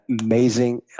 amazing